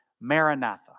maranatha